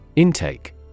Intake